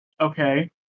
Okay